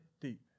deep